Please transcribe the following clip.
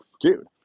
dude